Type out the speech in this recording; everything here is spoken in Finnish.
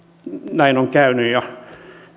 näin on käynyt ja